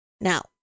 Now